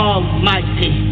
Almighty